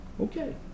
Okay